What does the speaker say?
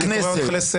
אני קורא אותך לסדר.